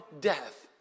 death